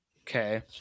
Okay